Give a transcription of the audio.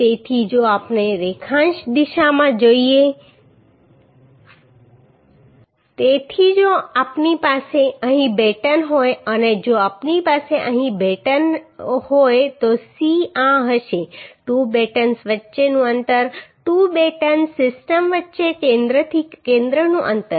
તેથી જો આપણે રેખાંશ દિશામાં જોઈએ તેથી જો આપણી પાસે અહીં બેટન હોય અને જો આપણી પાસે અહીં બેટન હોય તો C આ હશે 2 બેટન્સ વચ્ચેનું અંતર 2 બેટન સિસ્ટમ્સ વચ્ચે કેન્દ્રથી કેન્દ્રનું અંતર